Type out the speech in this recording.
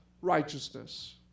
righteousness